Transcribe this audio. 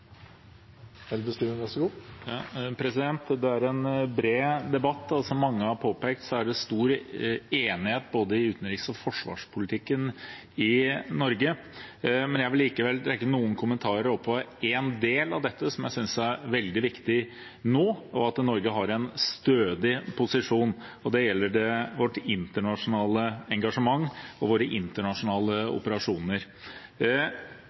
Det er en bred debatt, og som mange har påpekt, er det stor enighet om både utenriks- og forsvarspolitikken i Norge. Jeg vil likevel komme med noen kommentarer til en del av dette der jeg synes det er veldig viktig at Norge nå har en stødig posisjon. Det gjelder vårt internasjonale engasjement og våre internasjonale